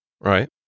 Right